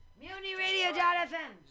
muniradio.fm